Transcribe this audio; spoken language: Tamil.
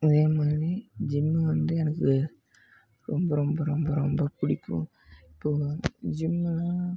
இதேமாதிரி ஜிம்மு வந்து எனக்கு ரொம்ப ரொம்ப ரொம்ப ரொம்ப பிடிக்கும் இப்போது ஜிம்மு